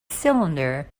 cylinder